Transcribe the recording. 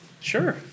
Sure